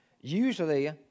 Usually